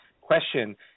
question